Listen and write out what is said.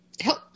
help